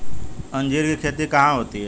अंजीर की खेती कहाँ होती है?